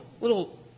little